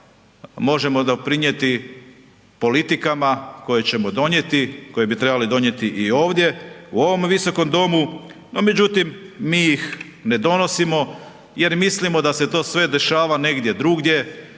možemo doprinijeti politikama koje ćemo donijeti koje bi trebali i ovdje u ovom visokom domu, no međutim mi ih ne donosim jer mislimo da se to sve dešava negdje drugdje